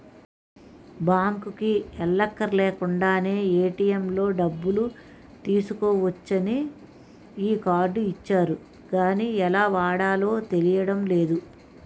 బాంకుకి ఎల్లక్కర్లేకుండానే ఏ.టి.ఎం లో డబ్బులు తీసుకోవచ్చని ఈ కార్డు ఇచ్చారు గానీ ఎలా వాడాలో తెలియడం లేదు